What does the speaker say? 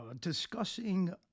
discussing